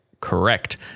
Correct